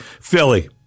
Philly